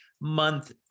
month